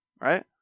Right